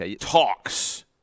talks